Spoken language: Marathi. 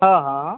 हा हा